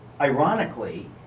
ironically